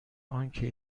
آنکه